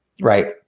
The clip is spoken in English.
right